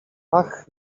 ach